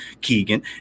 Keegan